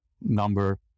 number